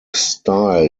style